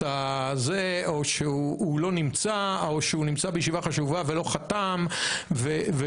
הזה או שהוא לא נמצא או שהוא נמצא בישיבה חשובה ולא חתם וכו'.